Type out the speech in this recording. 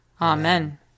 Amen